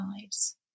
lives